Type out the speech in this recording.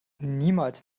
niemals